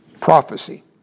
prophecy